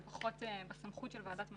הם פחות בסמכות של ועדת מחירים.